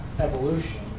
evolution